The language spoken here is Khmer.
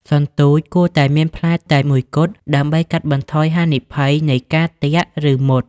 សន្ទូច គួរតែមានផ្លែតែមួយគត់ ដើម្បីកាត់បន្ថយហានិភ័យនៃការទាក់ ឬ មុត។